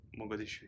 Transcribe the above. Mogadishu